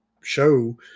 show